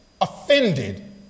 offended